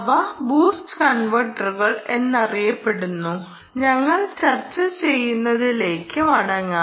അവ ബൂസ്റ്റ് കൺവെർട്ടറുകൾ എന്നറിയപ്പെടുന്നു ഞങ്ങൾ ചർച്ച ചെയ്യുന്നതിലേക്ക് മടങ്ങാം